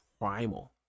primal